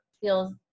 feels